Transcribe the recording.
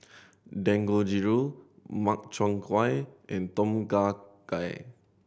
Dangojiru Makchang Gui and Tom Kha Gai